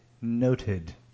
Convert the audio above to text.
noted